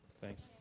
Thanks